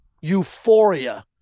euphoria